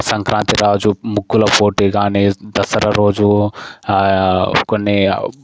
సంక్రాంతి కావచ్చు ముగ్గుల పోటీ కానీ దసరా రోజు కొన్నీ